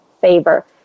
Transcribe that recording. favor